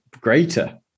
greater